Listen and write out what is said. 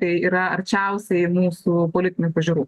tai yra arčiausiai mūsų politinių pažiūrų